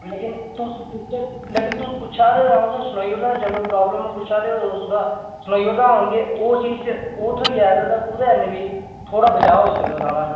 लेकिन तुस लेकिन तुस पुच्छा दे ओ ते सनाई ओड़दा चलो प्राब्लम पुच्छा दे ओह् तुस ओह्दा सनाई ओड़दा हून जे ओ चीज ओह् थ्होई जा अगर तां थोह्ड़ा बचाऽ होई सकदा राढ़ा